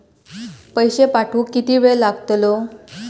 पैशे पाठवुक किती वेळ लागतलो?